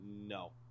No